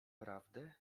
prawdę